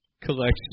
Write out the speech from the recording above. collection